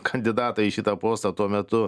kandidatai į šitą postą tuo metu